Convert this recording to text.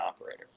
operator